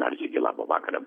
dar sykį labą vakarą